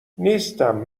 نیستم